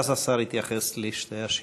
ואז השר יתייחס לשתי השאלות.